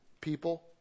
people